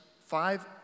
five